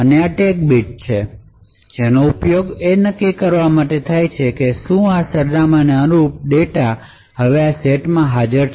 અને આ ટેગબિટ્સ જે અહીં છે તેનો ઉપયોગ તે નક્કી કરવા માટે થાય છે કે શું આ સરનામાંને અનુરૂપ ડેટા હવે આ સેટમાં હાજર છે